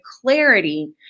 clarity